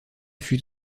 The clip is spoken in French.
fut